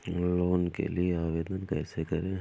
Loan के लिए आवेदन कैसे करें?